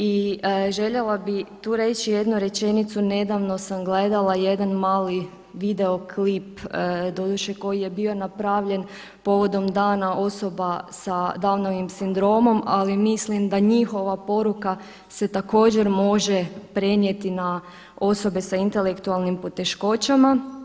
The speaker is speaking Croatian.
I željela bih tu reći jednu rečenicu, nedavno sam gledala jedan mali video klip, doduše koji je bio napravljen povodom Dana osoba sa Downovim sindromom ali mislim da njihova poruka se također može prenijeti na osobe sa intelektualnih poteškoćama.